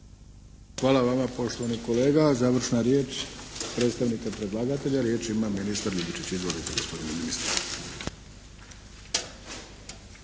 Hvala vama poštovani kolega. Završna riječ predstavnika predlagatelja. Riječ ima ministar Ljubičić. Izvolite gospodine ministre.